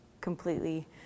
completely